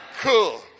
cool